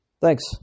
Thanks